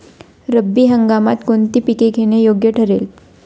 रब्बी हंगामात कोणती पिके घेणे योग्य ठरेल?